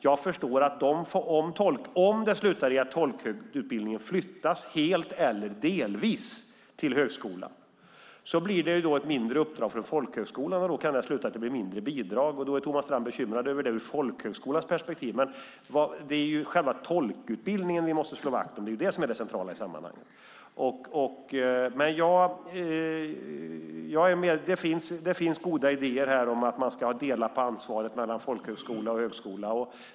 Jag förstår att om det slutar i att tolkutbildningen flyttas helt eller delvis till högskolan, då blir det ett mindre uppdrag för folkhögskolan, och då kan det sluta i att det blir mindre i bidrag. Thomas Strand är bekymrad över det ur folkhögskolans perspektiv. Men det är ju själva tolkutbildningen som vi måste slå vakt om. Det är den som är det centrala i sammanhanget. Det finns goda idéer om att man ska dela på ansvaret mellan folkhögskola och högskola.